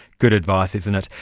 good advice, isn't it?